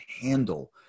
handle